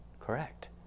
correct